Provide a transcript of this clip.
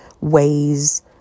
ways